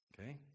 Okay